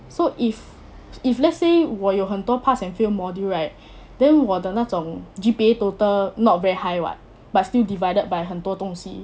so if if let's say 我有很多 pass and fail module right then 我的那种 G_P_A total not very high [what] but still divided by 很多东西